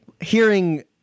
Hearing